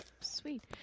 Sweet